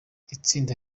itsinda